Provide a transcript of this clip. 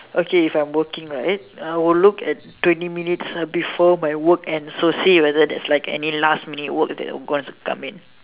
okay if I'm working right I will look at twenty minutes before my work ends so see if there's like any last minute work that's going to come in